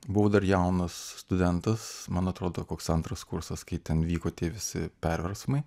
buvau dar jaunas studentas man atrodo koks antras kursas kai ten vyko tie visi perversmai